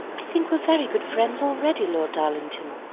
i think we're very good friends already, lord darlington.